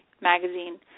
magazine